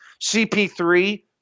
CP3